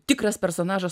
tikras personažas